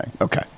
Okay